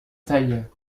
taille